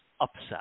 upset